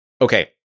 Okay